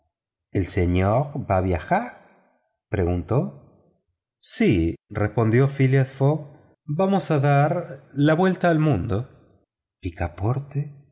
el señor va a viajar preguntó sí respondió phileas fogg vamos a dar la vuelta al mundo picaporte